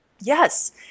Yes